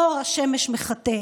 אור השמש מחטא,